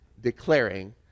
declaring